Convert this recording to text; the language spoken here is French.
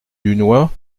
dunois